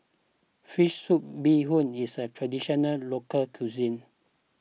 Fish Soup Bee Hoon is a Traditional Local Cuisine